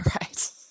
right